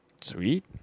Sweet